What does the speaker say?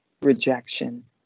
rejection